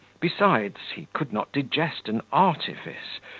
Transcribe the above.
besides, he could not digest an artifice,